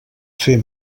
fer